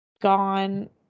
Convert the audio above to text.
gone